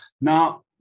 Now